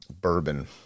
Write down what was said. bourbon